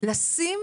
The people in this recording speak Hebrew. לשים